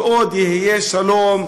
ועוד יהיה שלום,